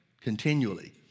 continually